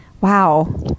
wow